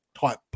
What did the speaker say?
type